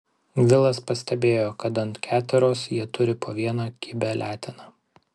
vilas pastebėjo kad ant keteros jie turi po vieną kibią leteną